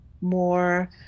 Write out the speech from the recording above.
more